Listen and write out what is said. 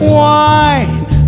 wine